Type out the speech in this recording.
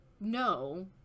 No